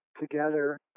together